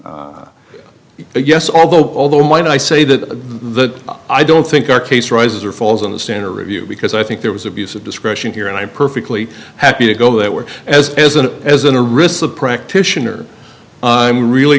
yes although although mine i say that the i don't think our case rises or falls on the standard review because i think there was abuse of discretion here and i'm perfectly happy to go that way as as an as an a risk of practitioner i'm really